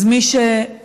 אז מי שחושב